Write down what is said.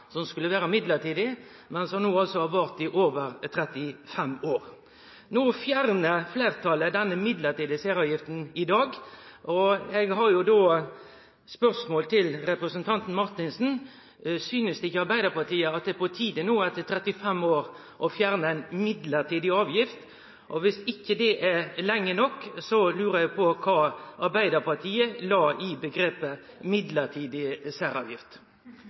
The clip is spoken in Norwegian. som skulle vere midlertidig, men som no altså har vart i over 35 år. Fleirtalet fjernar denne midlertidige særavgifta i dag, og eg har då eit spørsmål til representanten Marthinsen: Synest ikkje Arbeidarpartiet at det er på tide etter 35 år å fjerne ei midlertidig avgift? Viss ikkje det er lenge nok, lurer eg på kva Arbeidarpartiet la i omgrepet «midlertidig særavgift».